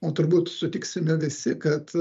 o turbūt sutiksime visi kad